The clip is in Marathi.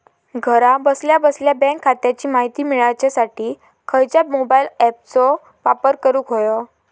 घरा बसल्या बसल्या बँक खात्याची माहिती मिळाच्यासाठी खायच्या मोबाईल ॲपाचो वापर करूक होयो?